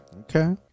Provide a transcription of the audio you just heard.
Okay